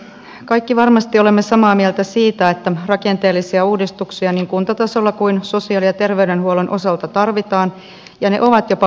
kaikki varmasti olemme samaa mieltä siitä että rakenteellisia uudistuksia niin kuntatasolla kuin sosiaali ja terveydenhuollon osalta tarvitaan ja ne ovat jopa välttämättömiä